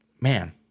man